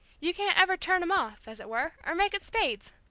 you can't ever turn em off, as it were, or make it spades!